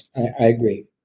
i agree.